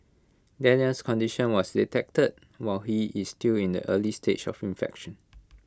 Daniel's condition was detected while he is still in the early stage of infection